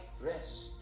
rest